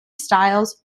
styles